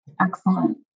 Excellent